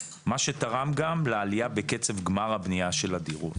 מה שתרם גם לעלייה בקצב גמר הבנייה של הדירות.